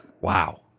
wow